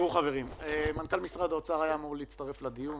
חברים, מנכ"ל משרד האוצר היה אמור להצטרף לדיון